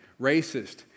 racist